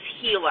healer